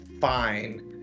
fine